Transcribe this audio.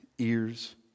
ears